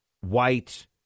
white